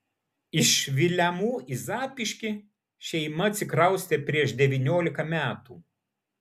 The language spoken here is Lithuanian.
iš vilemų į zapyškį šeima atsikraustė prieš devyniolika metų